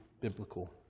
biblical